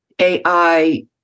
AI